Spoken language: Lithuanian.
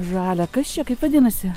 žalia kas čia kaip vadinasi